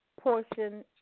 portion